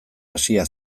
hasia